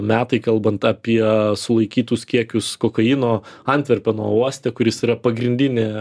metai kalbant apie sulaikytus kiekius kokaino antverpeno uoste kuris yra pagrindinė